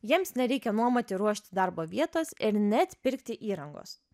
jiems nereikia nuomoti ruošti darbo vietos ir net pirkti įrangos